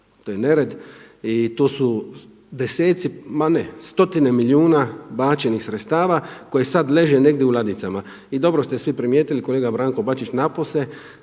to je nered i tu su deseci, ma ne, stotine milijuna bačenih sredstva koji sada leže negdje u ladicama. I dobro ste svi primijetili, kolega Branko Bačić napose,